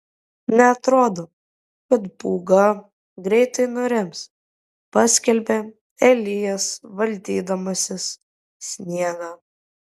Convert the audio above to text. neatrodo kad pūga greitai nurims paskelbia elijas valdydamasis sniegą